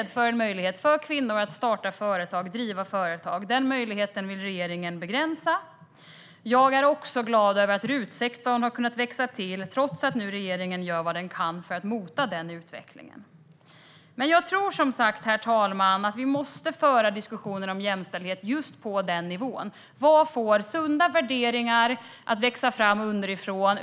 Den möjligheten vill regeringen begränsa. Jag är också glad över att RUT-sektorn har kunnat växa till, trots att regeringen nu gör vad den kan för att mota den utvecklingen. Herr talman! Jag tror som sagt att vi måste föra diskussionen om jämställdhet på just den nivån. Vad får sunda värderingar att växa fram underifrån?